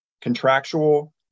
contractual